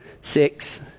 six